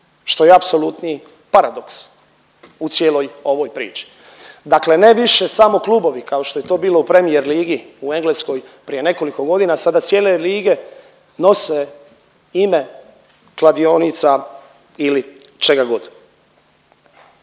što je apsolutni paradoks u cijeloj ovoj priči. Dakle ne više samo klubovi, kao što je to bilo u Premier ligi u Engleskoj prije nekoliko godina, sada cijele lige nose ime kladionica ili čega god.